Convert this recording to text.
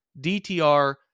DTR